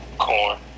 Corn